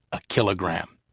a kilogram.